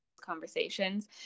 conversations